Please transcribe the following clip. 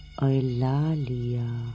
Eulalia